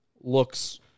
looks